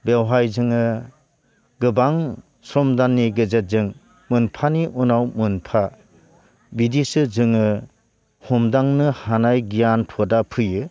बेवहाय जोङो गोबां सम दाननि गेजेरजों मोनफानि उनाव मोनफा बिदिसो जोङो हमदांनो हानाय गियानफदा फैयो